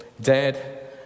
dead